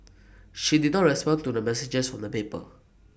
she did not respond to the messages from the paper